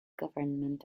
government